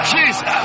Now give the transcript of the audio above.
Jesus